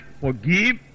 forgive